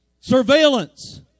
Surveillance